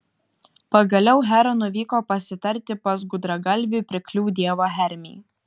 pagaliau hera nuvyko pasitarti pas gudragalvį pirklių dievą hermį